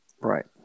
Right